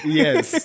yes